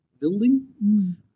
building